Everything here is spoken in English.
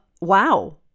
wow